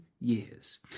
years